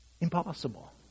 Impossible